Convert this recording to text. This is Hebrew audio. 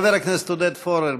חבר הכנסת עודד פורר,